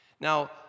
Now